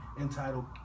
Entitled